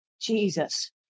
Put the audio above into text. Jesus